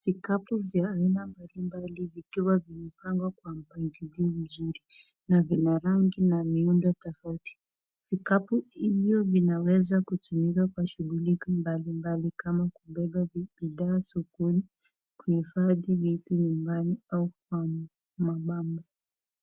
Vikapu vya aina mbalimbali vikiwa vimepangwa kwa mpangilio na vina rangi na miundo tofauti, vikapu hivyo vinaweza kutumika kwa shughuli mbalimbali kama kubeba bidhaa sokoni kuhifadhi vitu sokoni ama kwa mabama.